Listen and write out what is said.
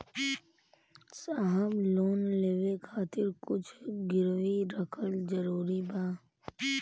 साहब लोन लेवे खातिर कुछ गिरवी रखल जरूरी बा?